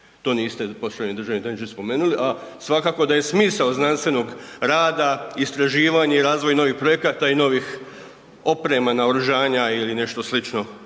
To niste poštovani državni tajničke spomenuli, a svakako da je smisao znanstvenog rada, istraživanje i razvoj novih projekata i novih oprema, naoružanja ili nešto slično,